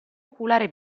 oculare